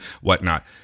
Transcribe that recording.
Whatnot